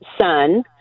son